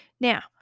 Now